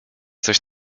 coś